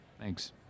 thanks